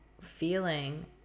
feeling